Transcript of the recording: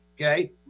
okay